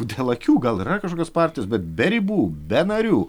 dėl akių gal yra kažkokios partijos bet be ribų be narių